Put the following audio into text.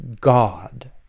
God